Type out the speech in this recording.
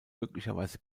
möglicherweise